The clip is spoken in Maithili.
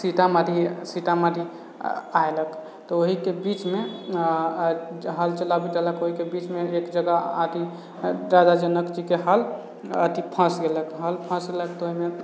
सीतामढ़ी सीतामढ़ी ऐलक तऽ ओहिके बीच मे हल चलाबैत ओहिके बीचमे एक जगह आके राजा जनक जीके हल अथि फँस गेलक हल फसलक तऽ ओहिमे